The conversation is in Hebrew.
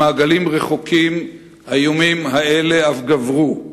במעגלים רחוקים האיומים האלה אף גברו.